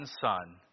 Son